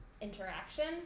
interaction